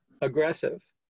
aggressive